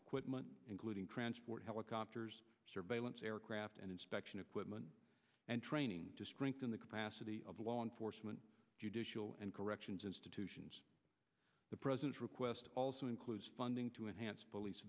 equipment including transport helicopters surveillance aircraft and inspection equipment and training to strengthen the capacity of law enforcement judicial and corrections institutions the president's request also includes funding to enhance